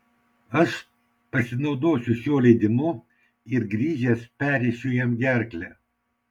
aš pasinaudosiu šiuo leidimu ir grįžęs perrėšiu jam gerklę